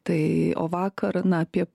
tai o vakar na apie